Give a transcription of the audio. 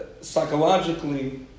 psychologically